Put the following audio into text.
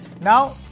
Now